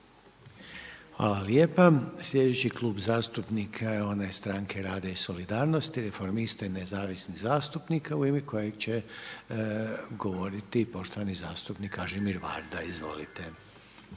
Hvala lijepa. Sljedeći Klub zastupnika je onaj Stranke rada i solidarnosti, reformista i nezavisnih zastupnika u ime koje će govoriti poštovani zastupnik Kažimir Varda. Izvolite.